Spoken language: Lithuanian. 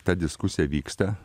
ta diskusija vyksta